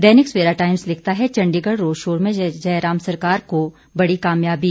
दैनिक Savera Times लिखता है Chandigarh road show में जयराम सरकार को बड़ी कामयाबी